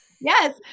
Yes